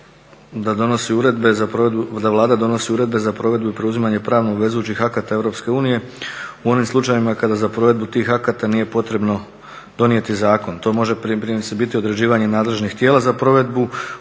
da Vlada donosi uredbe za provedbu i preuzimanje pravno obvezujućih akata Europske unije u onim slučajevima kada za provedbu tih akata nije potrebno donijeti zakon. To može primjerice biti određivanje nadležnih tijela za provedbu